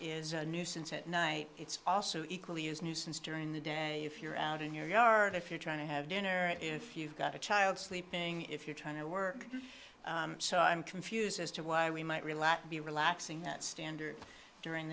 is a nuisance at night it's also equally as nuisance during the day if you're out in your yard if you're trying to have dinner if you've got a child sleeping if you're trying to work so i'm confused as to why we might relax be relaxing that standard during